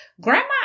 grandma